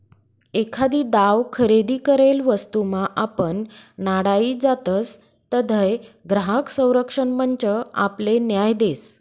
एखादी दाव खरेदी करेल वस्तूमा आपण नाडाई जातसं तधय ग्राहक संरक्षण मंच आपले न्याय देस